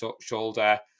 shoulder